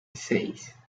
seis